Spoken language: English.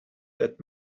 that